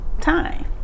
time